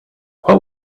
what